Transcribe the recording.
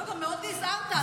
גם מאוד נזהרת.